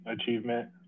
achievement